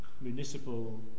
municipal